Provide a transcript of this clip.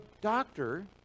doctor